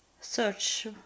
search